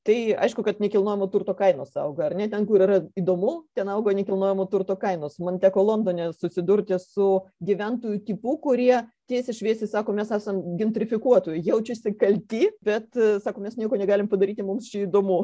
tai aišku kad nekilnojamo turto kainos auga ar ne ten kur yra įdomu ten augo nekilnojamo turto kainos mum teko londone susidurti su gyventojų tipu kurie tiesiai šviesiai sako mes esam gintrifikuotojai jaučiasi kalti bet sako mes nieko negalim padaryti mums čia įdomu